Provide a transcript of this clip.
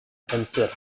answered